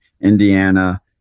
Indiana